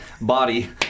body